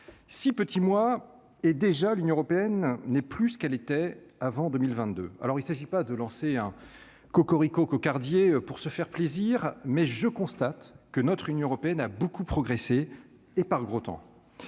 si petit moi et, déjà, l'Union européenne n'est plus qu'elle était avant 2022, alors il s'agit pas de lancer un cocorico cocardier pour se faire plaisir, mais je constate que notre Union européenne a beaucoup progressé et par gros temps